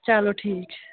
چلو ٹھیٖک چھُ